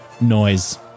noise